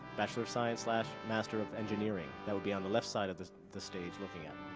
bachelor of science slash master of engineering that would be on the left side of the the stage looking out.